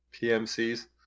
PMCs